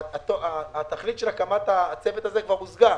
התכלית של הקמת הצוות כבר הושגה.